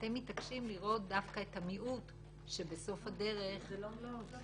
אתם מתעקשים לראות דווקא את המיעוט בסוף הדרך -- זה לא מיעוט.